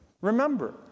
remember